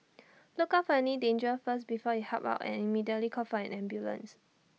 look out any danger first before you help out and immediately call for an ambulance